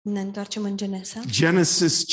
Genesis